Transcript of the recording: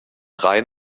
rhein